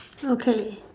okay